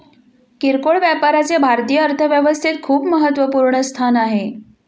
किरकोळ व्यापाराचे भारतीय अर्थव्यवस्थेत खूप महत्वपूर्ण स्थान आहे